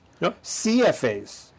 CFAs